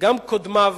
גם קודמיו